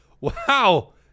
wow